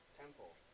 temple